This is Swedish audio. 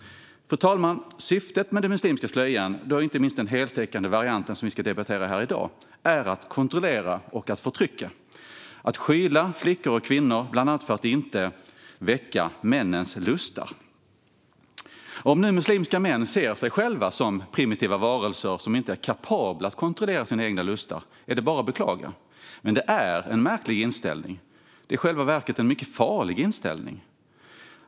Fru talman! Syftet med den muslimska slöjan, inte minst den heltäckande variant som vi debatterar här i dag, är att kontrollera och förtrycka, att skyla flickor och kvinnor, bland annat för att inte väcka männens lustar. Om nu muslimska män ser sig själva som primitiva varelser som inte är kapabla att kontrollera sina lustar är det bara att beklaga. Det är dock en märklig inställning och i själva verket en mycket farlig inställning.